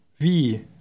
Wie